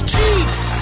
Cheeks